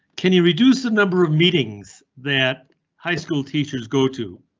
can you reduce the number of meetings that high school teachers go to?